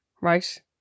right